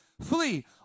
flee